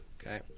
Okay